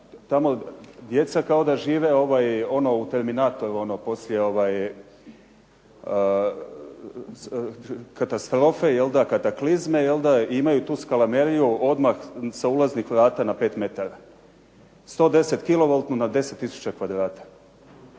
tamo djeca kao da žive ono u Terminatoru ono poslije katastrofe, kataklizme, i imaju tu skalameriju odmah sa ulaznih vrata na 5 metara. 100 kilovoltnu na 10 tisuća kvadrata.